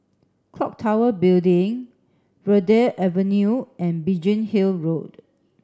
Clock Tower Building Verde Avenue and Biggin Hill Road